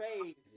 crazy